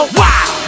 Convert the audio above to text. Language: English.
wow